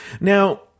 Now